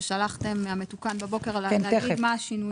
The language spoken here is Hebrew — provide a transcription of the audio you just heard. ששלחתם הבוקר ותגידי מהם השינויים.